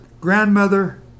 grandmother